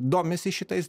domisi šitais